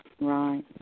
Right